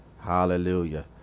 Hallelujah